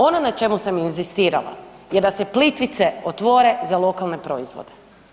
Ono na čemu sam inzistirala je da se Plitvice otvore za lokalne proizvode.